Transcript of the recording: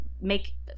make